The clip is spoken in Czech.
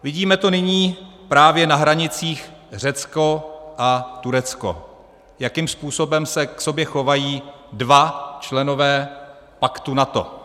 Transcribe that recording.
Vidíme to nyní právě na hranicích Řecko a Turecko, jakým způsobem se k sobě chovají dva členové paktu NATO.